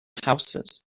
houses